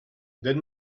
that